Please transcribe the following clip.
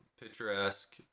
picturesque